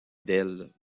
d’elles